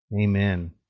Amen